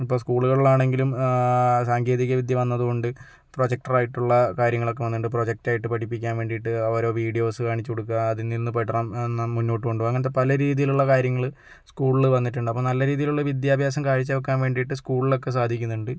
ഇപ്പോൾ സ്കൂളുകളിൽ ആണെങ്കിലും സാങ്കേതിക വിദ്യ വന്നത് കൊണ്ട് പ്രൊജക്ടർ ആയിട്ടുള്ള കാര്യങ്ങളൊക്കെ വന്നിട്ടുണ്ട് പ്രൊജക്റ്റ് ആയിട്ട് പഠിപ്പിക്കാൻ വേണ്ടിയിട്ട് ആ ഒരു വീഡിയോസ് കാണിച്ച് കൊടുക്കുക അതിൽ നിന്ന് പഠനം മുന്നോട്ട് കൊണ്ടു പോകുക അങ്ങനത്തെ പല രീതിയിലുള്ള കാര്യങ്ങൾ സ്കൂളിൽ വന്നിട്ടുണ്ട് അപ്പം നല്ല രീതിയിലുള്ള വിദ്യാഭ്യാസം കാഴ്ച വെക്കാൻ വേണ്ടിയിട്ട് സ്കൂളിൽ ഒക്കെ സാധിക്കുന്നുണ്ട്